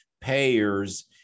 payers